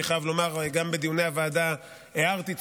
אני חייב לומר שגם בדיוני הוועדה הערתי את